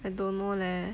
I don't know leh